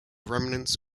remnants